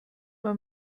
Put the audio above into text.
mal